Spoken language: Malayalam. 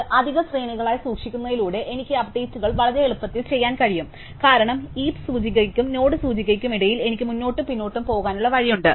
ഇത് അധിക ശ്രേണികളായി സൂക്ഷിക്കുന്നതിലൂടെ എനിക്ക് ഈ അപ്ഡേറ്റുകൾ വളരെ എളുപ്പത്തിൽ ചെയ്യാൻ കഴിയും കാരണം ഹീപ്സ് സൂചികയ്ക്കും നോഡ് സൂചികയ്ക്കും ഇടയിൽ എനിക്ക് മുന്നോട്ടും പിന്നോട്ടും പോകാനുള്ള വഴിയുണ്ട്